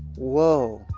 whoa.